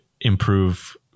improve